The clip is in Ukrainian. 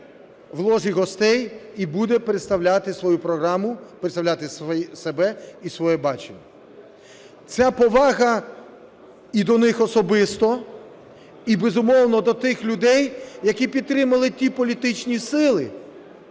в ложі гостей і буде представляти свою програму, представляти себе і своє бачення. Ця повага і до них особисто, і, безумовно, до тих людей, які підтримали ті політичні сили,